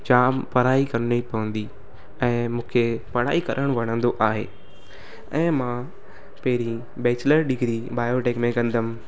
जाम पढ़ाई करणी पवंदी ऐं मूंखे पढ़ाई करणु वणंदो आहे ऐं मां पहिरीं बैचलर डिग्री बायोटैक में कंदमि